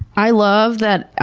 i love that